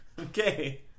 Okay